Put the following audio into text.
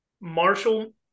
Marshall